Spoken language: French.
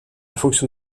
fonction